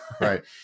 Right